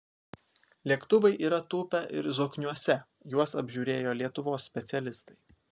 lėktuvai yra tūpę ir zokniuose juos apžiūrėjo lietuvos specialistai